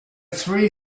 three